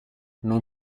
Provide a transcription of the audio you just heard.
non